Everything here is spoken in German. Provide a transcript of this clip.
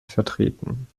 vertreten